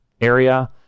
area